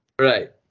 Right